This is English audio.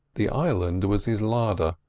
the island was his larder,